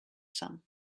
some